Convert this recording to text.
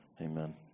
Amen